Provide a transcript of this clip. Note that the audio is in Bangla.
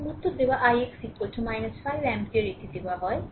এবং উত্তর দেওয়া হয় ix 5 অ্যাম্পিয়ার এটি দেওয়া হয়